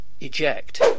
Eject